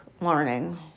learning